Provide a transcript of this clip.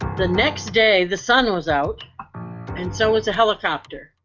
the next day, the sun was out and so was a helicopter.